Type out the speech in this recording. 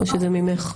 או שזה מִמֵּךְ?